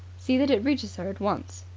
see that it reaches her at once.